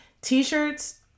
T-shirts